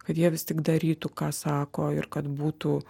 kad jie vis tik darytų ką sako ir kad būtų